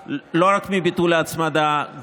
כתוצאה מביטול ההצמדה,